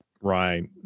Right